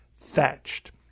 thatched